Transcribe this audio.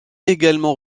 également